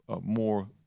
more